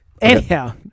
Anyhow